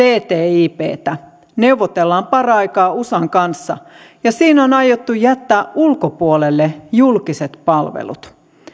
ttiptä neuvotellaan paraikaa usan kanssa siinä on aiottu jättää ulkopuolelle julkiset palvelut